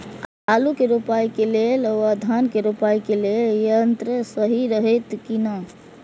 आलु के रोपाई के लेल व धान के रोपाई के लेल यन्त्र सहि रहैत कि ना?